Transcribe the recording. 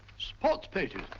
sports pages,